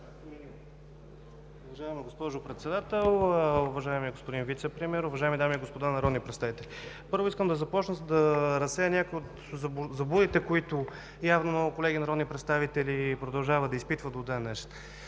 Уважаема госпожо Председател, уважаеми господин Вицепремиер, уважаеми дами и господа народни представители! Първо, искам да разсея някои от заблудите, които явно много колеги народни представители продължават да изпитват до ден днешен.